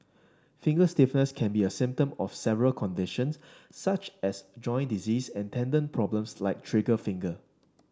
finger stiffness can be a symptom of several conditions such as joint disease and tendon problems like trigger finger